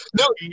No